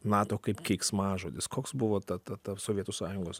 nato kaip keiksmažodis koks buvo ta ta ta sovietų sąjungos